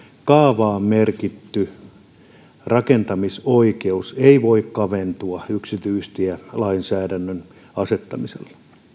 kaavaan merkitty rakentamisoikeus ei voi kaventua yksityistielainsäädännön asettamisella